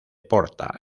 porta